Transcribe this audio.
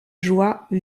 joie